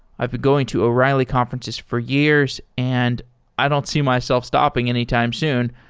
i've been going to o'reilly conferences for years and i don't see myself stopping anytime soon,